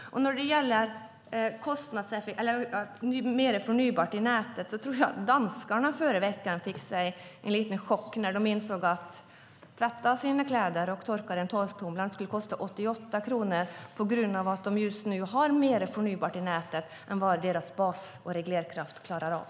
När det gäller mer förnybart i nätet tror jag att danskarna förra veckan fick en smärre chock när de insåg att det skulle kosta 88 kronor att tvätta kläder och torka dem i torktumlare beroende på att de just nu har mer förnybart i nätet än vad deras bas och reglerkraft klarar av.